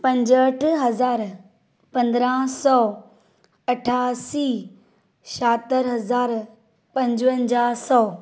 पंजहठ हज़ार पंद्राहं सौ अठासी छाहतरि हज़ार पंजवजाहु सौ